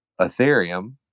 Ethereum